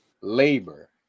labor